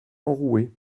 enrouée